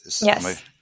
Yes